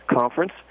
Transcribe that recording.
conference